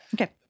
Okay